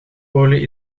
olie